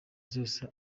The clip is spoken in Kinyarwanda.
zose